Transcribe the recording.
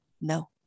no